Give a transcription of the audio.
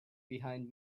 behind